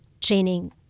training